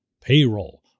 payroll